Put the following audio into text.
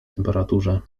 temperaturze